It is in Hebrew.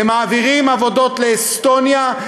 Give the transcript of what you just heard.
הם מעבירים עבודות לאסטוניה,